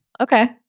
Okay